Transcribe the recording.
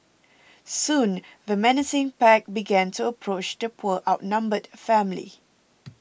soon the menacing pack began to approach the poor outnumbered family